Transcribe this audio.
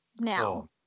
now